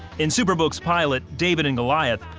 in superbook's pilot david and goliath,